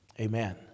amen